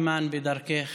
אימאן, בדרכך.